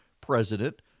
president